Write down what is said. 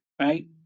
Right